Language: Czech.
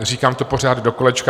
Říkám to pořád dokolečka.